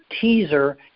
teaser